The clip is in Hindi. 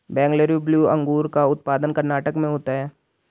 बेंगलुरु ब्लू अंगूर का उत्पादन कर्नाटक में होता है